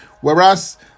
Whereas